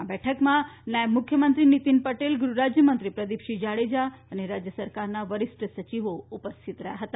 આ બેઠકમાં નાયબ મુખ્યમંત્રી નીતિન પટેલ ગૃહ રાજ્યમંત્રી પ્રદીપસિંહ જાડેજા અને રાજ્ય સરકારના વરિષ્ઠ સચિવ ઉપસ્થિત રહ્યા હતા